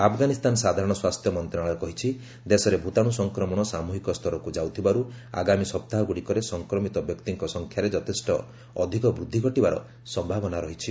ଆଫଗାନିସ୍ତାନ ସାଧାରଣ ସ୍ୱାସ୍ଥ୍ୟ ମନ୍ତ୍ରଣାଳୟ କହିଛି ଦେଶରେ ଭୂତାଣୁ ସଂକ୍ରମଣ ସାମୃହିକ ସ୍ତରକୁ ଯାଉଥିବାରୁ ଆଗାମୀ ସପ୍ତାହଗୁଡ଼ିକରେ ସଂକ୍ରମିତ ବ୍ୟକ୍ତିଙ୍କ ସଂଖ୍ୟାରେ ଯଥେଷ୍ଟ ଅଧିକ ବୂଦ୍ଧି ଘଟିବାର ସମ୍ଭାବନା ରହିଛି